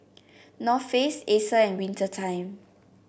North Face Acer and Winter Time